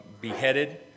beheaded